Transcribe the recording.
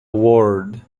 word